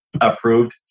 approved